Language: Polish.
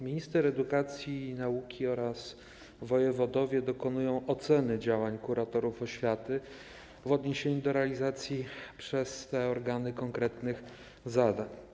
Minister edukacji i nauki oraz wojewodowie dokonują oceny działań kuratorów oświaty w odniesieniu do realizacji przez te organy konkretnych zadań.